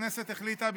הכנסת החליטה,